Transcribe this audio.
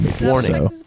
Warning